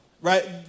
right